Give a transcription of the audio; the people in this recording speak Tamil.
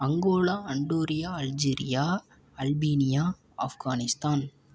Angola Andorra Algeria Albania Afghanistan